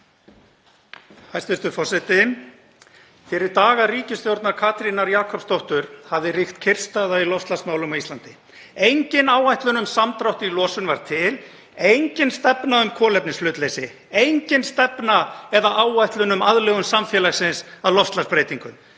Hæstv. forseti. Fyrir daga ríkisstjórnar Katrínar Jakobsdóttur hafði ríkt kyrrstaða í loftslagsmálum á Íslandi. Engin áætlun um samdrátt í losun var til, engin stefna um kolefnishlutleysi, engin stefna eða áætlun um aðlögun samfélagsins að loftslagsbreytingum.